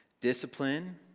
discipline